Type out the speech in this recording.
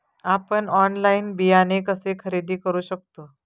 आपण ऑनलाइन बियाणे कसे खरेदी करू शकतो?